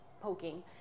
poking